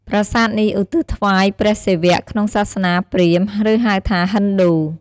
ប្រាសាទនេះឧទ្ទិសថ្វាយព្រះសិវៈក្នុងសាសនាព្រាហ្មណ៍ ឬហៅថា ហិណ្ឌូ។